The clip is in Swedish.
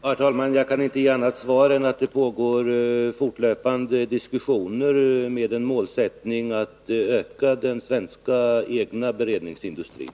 Herr talman! Jag kan inte ge annat svar än att det pågår fortlöpande diskussioner med målsättningen att öka den svenska, egna beredningsindustrin.